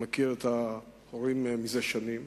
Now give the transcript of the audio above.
אני מכיר את ההורים זה שנים,